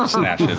matt